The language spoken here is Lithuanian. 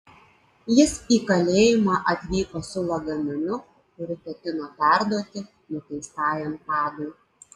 jis į kalėjimą atvyko su lagaminu kuri ketino perduoti nuteistajam tadui